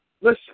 Listen